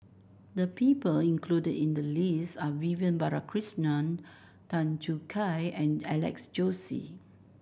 the people included in the list are Vivian Balakrishnan Tan Choo Kai and Alex Josey